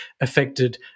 affected